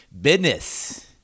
business